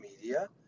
media